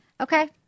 Okay